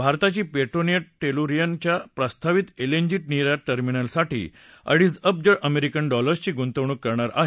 भारताची पेट्रोनेट टेलुरियनच्या प्रस्तावित एलएनजी निर्यात टर्मिनलसाठी अडीच अब्ज अमेरिकन डॉलर्सची गुंतवणूक करणार आहे